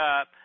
up